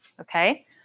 Okay